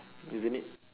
isn't it